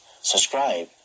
Subscribe